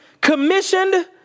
commissioned